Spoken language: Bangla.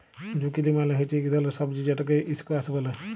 জুকিলি মালে হচ্যে ইক ধরলের সবজি যেটকে ইসকোয়াস ব্যলে